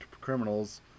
criminals